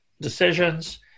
decisions